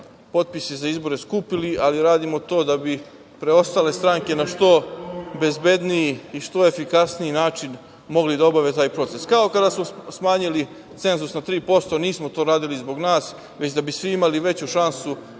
potpise za izbore skupili, ali radimo to da bi preostale stranke na što bezbedniji i što efikasniji način mogle da obave taj proces. Kao kada smo smanjili cenzus na 3%, nismo to radili zbog nas, već da bi svi imali veću šansu